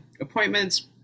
appointments